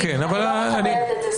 אני לא מקבלת את זה.